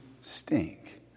stink